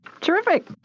Terrific